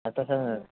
अतः